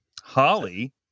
holly